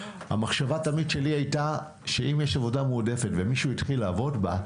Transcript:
המחשבה תמיד שלי הייתה שאם יש עבודה מועדפת ומישהו התחיל לעבוד בה,